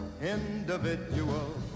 individual